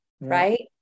right